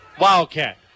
wildcat